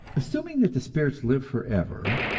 assuming that the spirits live forever,